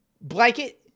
blanket